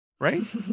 Right